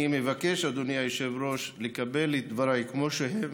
אני מבקש, אדוני היושב-ראש, לקבל את דבריי כמו שהם